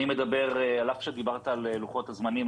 על אף שדיברת על לוחות הזמנים,